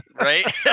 right